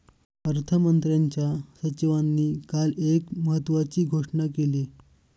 अर्थमंत्र्यांच्या सचिवांनी काल एक महत्त्वाची घोषणा केली